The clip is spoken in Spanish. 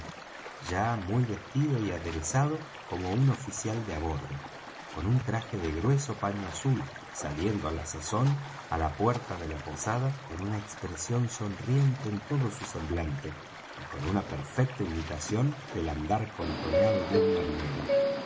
ya muy vestido y aderezado como un oficial de á bordo con un traje de grueso paño azul saliendo á la sazón á la puerta de la posada con una expresión sonriente en todo su semblante y con una perfecta imitación del andar contoneado de un marinero